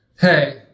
hey